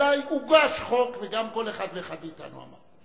אלא הוגש חוק, וגם כל אחד ואחד מאתנו אמר.